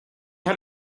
had